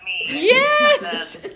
yes